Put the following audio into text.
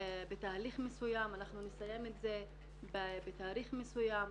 בתהליך מסוים ויסיימו את זה בתאריך מסוים.